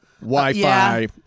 Wi-Fi